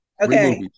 Okay